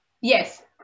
Yes